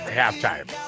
halftime